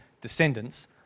descendants